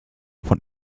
von